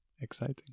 Exciting